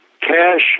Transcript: cash